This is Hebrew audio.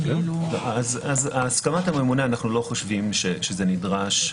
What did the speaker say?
לגבי הסכמת הממונה, אנחנו לא חושבים שזה נדרש.